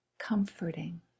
Comforting